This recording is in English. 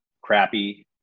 crappy